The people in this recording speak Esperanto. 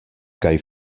kaj